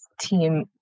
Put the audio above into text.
Team